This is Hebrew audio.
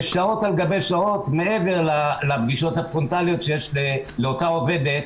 זה שעות על גבי שעות מעבר לפגישות הפרונטליות שיש לאותה עובדת